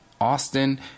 Austin